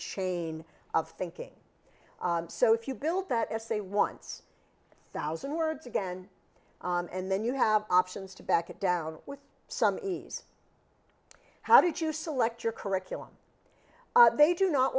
chain of thinking so if you build that essay once thousand words again and then you have options to back it down with some ease how did you select your curriculum they do not